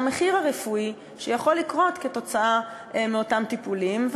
המחיר הרפואי שיכול להיות עקב אותם טיפולים.